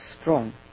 strong